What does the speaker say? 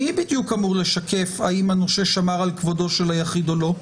מי בדיוק אמור לשקף האם הנושה שמר על כבודו של היחיד או לא,